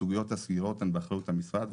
סוגיית הסגירוֹת היא באחריות המשרד,